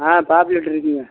ஆ பாப்லேட்டு இருக்குதுங்க